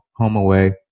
HomeAway